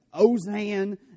Ozan